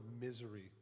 misery